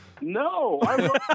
No